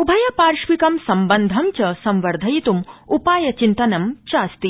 उभयपार्शिकं सम्बन्धं च संवधयितं उपाय चिन्तनं चास्ति